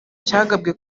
cyagabwe